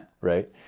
right